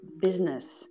business